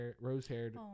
rose-haired